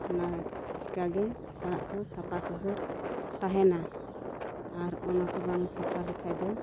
ᱚᱱᱟ ᱪᱤᱠᱟᱹ ᱜᱮ ᱚᱲᱟᱜ ᱫᱩᱭᱟᱹᱨ ᱥᱟᱯᱷᱟ ᱥᱩᱥᱟᱹᱨ ᱛᱟᱦᱮᱱᱟ ᱟᱨ ᱚᱱᱟ ᱠᱚ ᱵᱟᱝ ᱥᱟᱯᱷᱟ ᱞᱮᱠᱷᱟᱡ ᱫᱚ